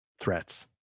threats